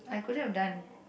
I couldn't have done